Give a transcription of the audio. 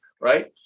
Right